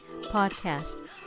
podcast